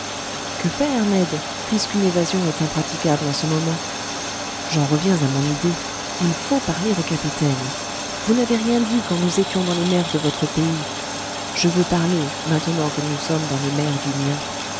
que faire ned puisqu'une évasion est impraticable en ce moment j'en reviens à mon idée il faut parler au capitaine vous n'avez rien dit quand nous étions dans les mers de votre pays je veux parler maintenant que nous sommes dans les mers du mien